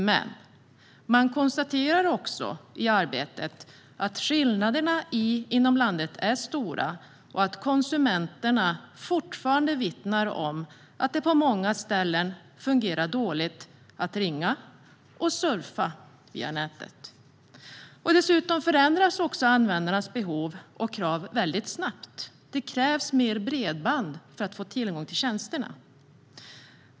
Men man konstaterar också att skillnaderna inom landet är stora och att konsumenter fortfarande vittnar om att det på många ställen fungerar dåligt att ringa och surfa via nätet. Dessutom förändras användarnas behov och krav väldigt snabbt. Det krävs mer bredband för att få tillgång till tjänsterna.